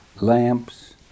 lamps